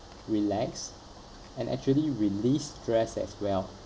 relax and actually release stress as well